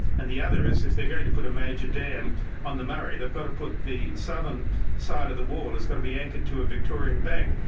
and the other is if they're going to put a major dam on the murray, they've got to put the southern side of the wall, it's got to be anchored to a victorian bank.